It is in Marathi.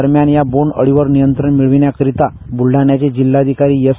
दरम्यान या बोंडळी वर नियंत्रण मिळविण्याकरीता बूलढाण्याचे जिल्हाधिकारी एस